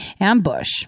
Ambush